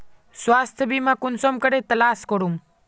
स्वास्थ्य बीमा कुंसम करे तलाश करूम?